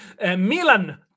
Milan